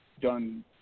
done